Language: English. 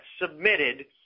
submitted